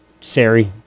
Sari